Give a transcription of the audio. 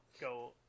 go